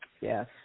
Yes